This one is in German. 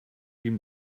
ihm